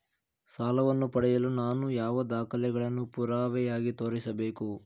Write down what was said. ಸಾಲವನ್ನು ಪಡೆಯಲು ನಾನು ಯಾವ ದಾಖಲೆಗಳನ್ನು ಪುರಾವೆಯಾಗಿ ತೋರಿಸಬೇಕು?